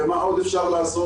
ומה עוד אפשר לעשות.